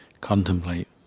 contemplate